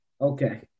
Okay